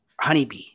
Honeybee